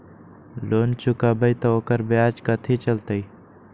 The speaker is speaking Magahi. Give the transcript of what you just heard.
लोन चुकबई त ओकर ब्याज कथि चलतई?